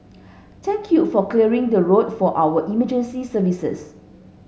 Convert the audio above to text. thank you for clearing the road for our emergency services